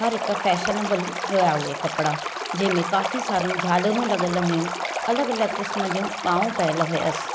हर हिकु फैशनेबल हुया उहे कपिड़ा जंहिंमें काफी सारियूं झालरूं लॻियल हुइयूं अलॻि अलॻि किस्मु जूं बाऊं पयल हुयसि